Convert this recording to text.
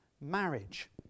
marriage